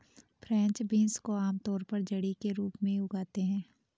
French beans को आमतौर पर झड़ी के रूप में उगाते है